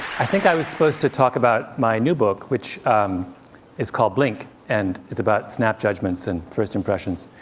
i think i was supposed to talk about my new book, which is called blink, and it's about snap judgments and first impressions.